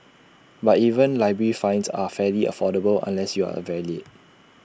but even library fines are fairly affordable unless you are very late